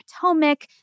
Potomac